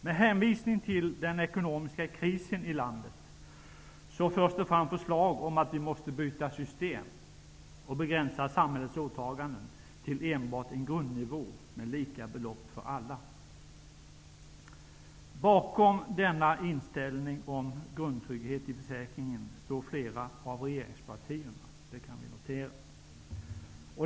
Med hänvisning till den ekonomiska krisen i landet förs det fram förslag om att vi måste byta system och begränsa samhällets åtaganden till enbart en grundnivå med lika belopp för alla. Bakom denna inställning om grundtrygghet i försäkringen står flera av regeringspartierna, det kan vi notera.